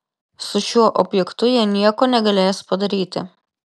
su šiuo objektu jie nieko negalės padaryti